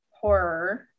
horror